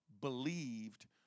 believed